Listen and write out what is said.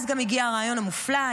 אז גם הגיע הרעיון המופלא,